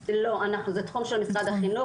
לא, זה תחום של משרד החינוך.